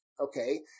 Okay